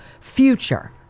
future